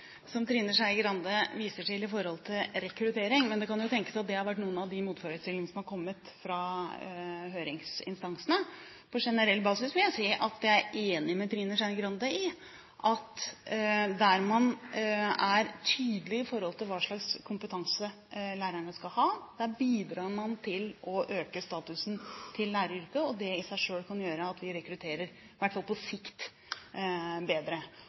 som Trine Skei Grande viser til om rekruttering, men det kan jo tenkes at det har vært noen av de motforestillingene som har kommet fra høringsinstansene. På generell basis vil jeg si at jeg er enig med Trine Skei Grande i at der man er tydelig på hva slags kompetanse lærerne skal ha, bidrar man til å øke statusen til læreryrket, og det i seg selv kan gjøre at vi rekrutterer, i hvert fall på sikt, bedre.